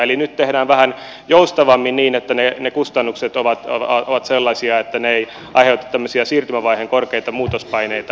eli nyt tehdään vähän joustavammin niin että ne kustannukset ovat sellaisia että ne eivät aiheuta tämmöisiä siirtymävaiheen korkeita muutospaineita